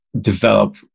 develop